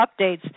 updates